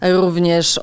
również